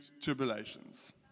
tribulations